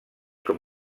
com